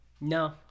No